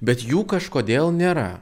bet jų kažkodėl nėra